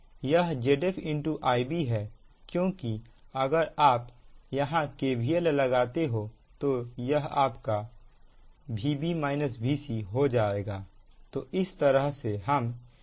यह Zf Ib है क्योंकि अगर आप यहां KVL लगाते हो तो यह आपका Vb Vc हो जाएगा